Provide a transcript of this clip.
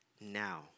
now